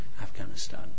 Afghanistan